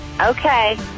Okay